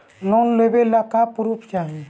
Loan लेवे ला का पुर्फ चाही?